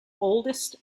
oldest